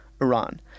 Iran